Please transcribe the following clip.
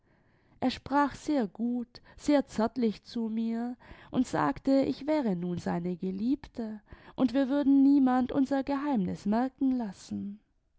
er sprach sehr gut sehr zärtlich zu mir imd sagte ich wäre nun seine geliebte und wir würden niemand unser geheimnis merken lassen